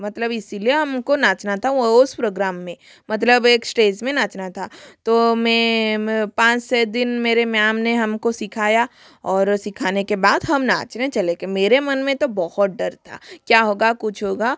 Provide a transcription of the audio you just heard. मतलब इसीलिए हम को नाचना था वहाँ उस प्रोग्राम में मतलब एक इश्टेज़ पे नाचना था तो मैं पाँच छः दिन मेरी मैम ने हम को सिखाया और सिखाने के बाद हम नाचने चले गए मेरे मन में तो बहुत डर था क्या होगा कुछ होगा